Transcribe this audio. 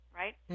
right